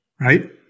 Right